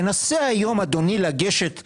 תנסה היום, אדוני, לגשת לבנק,